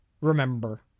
remember